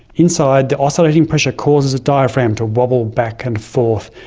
inside, the oscillating pressure causes a diaphragm to wobble back and forth.